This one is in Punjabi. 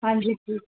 ਹਾਂਜੀ ਜੀ